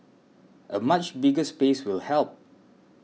a much bigger space will help